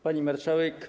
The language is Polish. Pani Marszałek!